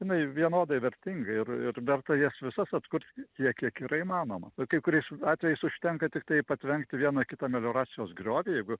jinai vienodai vertinga ir ir verta jas visas atkurti tiek kiek yra įmanoma kai kuriais atvejais užtenka tiktai patvenkti vieną kitą melioracijos griovį jeigu